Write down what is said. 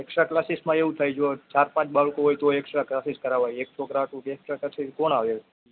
extra ક્લાસીસમાં એવું થાય જો ચાર પાંચ બાળકો હોય તો એકસ્ટ્રા ક્લાસીસ કરાવે એક છોકરા માટે એકસ્ટ્રા ક્લાસીસ કોણ આવે